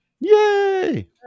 Yay